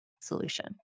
solution